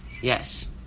Yes